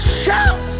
shout